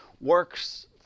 works